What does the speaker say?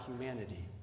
humanity